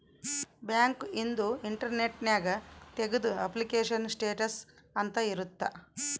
bank ಇಂದು internet ನ್ಯಾಗ ತೆಗ್ದು ಅಪ್ಲಿಕೇಶನ್ ಸ್ಟೇಟಸ್ ಅಂತ ಇರುತ್ತ